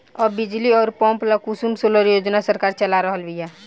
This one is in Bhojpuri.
अब बिजली अउर पंप ला कुसुम सोलर योजना सरकार चला रहल बिया